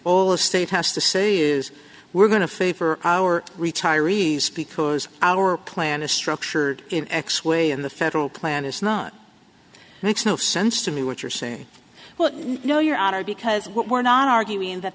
all the state has to say is we're going to favor our retirees because our plan is structured in x way and the federal plan is not makes no sense to me what you're saying well no your honor because we're not arguing